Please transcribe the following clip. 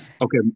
Okay